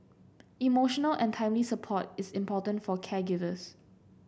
emotional and timely support is important for caregivers